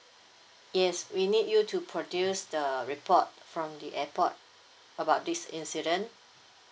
yes we need you to produce the report from the airport about this incident